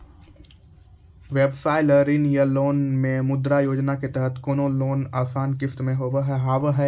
व्यवसाय ला ऋण या लोन मे मुद्रा योजना के तहत कोनो लोन आसान किस्त मे हाव हाय?